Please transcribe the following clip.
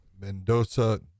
Mendoza